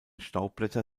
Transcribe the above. staubblätter